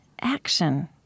action